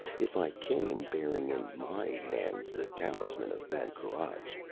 if i came, bearing in my hands the talisman of ban cruach.